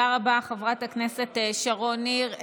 תודה רבה, חברת הכנסת שרון ניר.